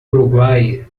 uruguai